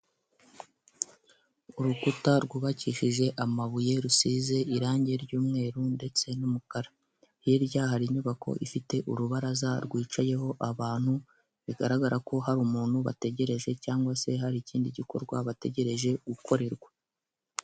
Urukuta rwubakishije amabuye rusize irangi ry'umweru ndetse n'umukara hirya hari inyubako ifite urubaraza rwicayeho abantu, bigaragara ko hari umuntu bategereje cyangwa se hari ikindi gikorwa bategereje gukorerwa.